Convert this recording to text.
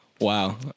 Wow